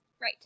Right